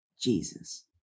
Jesus